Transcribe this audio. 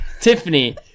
tiffany